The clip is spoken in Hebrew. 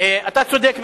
אתה צודק בהחלט,